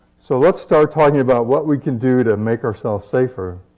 so let's start talking about what we can do to make ourselves safer